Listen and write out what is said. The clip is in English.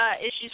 Issues